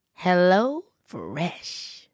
HelloFresh